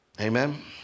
Amen